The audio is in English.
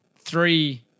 three